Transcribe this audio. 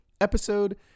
episode